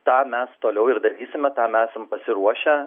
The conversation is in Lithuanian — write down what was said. tą mes toliau ir darysime tam esam pasiruošę